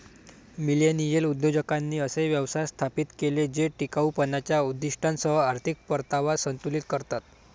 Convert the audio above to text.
millennial उद्योजकांनी असे व्यवसाय स्थापित केले जे टिकाऊपणाच्या उद्दीष्टांसह आर्थिक परतावा संतुलित करतात